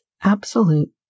absolute